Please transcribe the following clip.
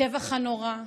הטבח הנורא,